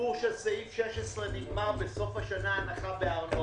הסיפור של סעיף 16 נגמר בסוף השנה, הנחה בארנונה.